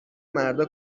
مردا